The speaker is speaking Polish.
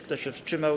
Kto się wstrzymał?